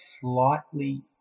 slightly